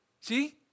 See